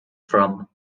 from